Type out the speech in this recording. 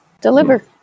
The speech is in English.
Deliver